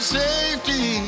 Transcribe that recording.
safety